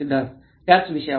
सिद्धार्थ त्याच विषयावर